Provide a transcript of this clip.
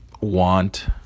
want